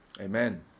Amen